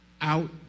out